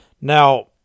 Now